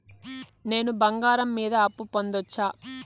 నేను బంగారం మీద అప్పు పొందొచ్చా?